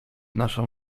naszą